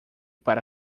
para